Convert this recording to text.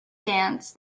dance